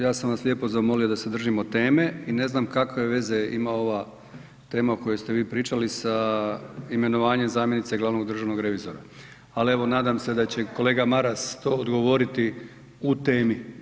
Ja sam vas lijepo zamolio da se držimo teme i ne znam kakve veze ima ova tema o kojoj ste vi pričali sa imenovanjem zamjenice glavnog državnog revizora, al evo nadam se da će kolega Maras to odgovoriti u temi.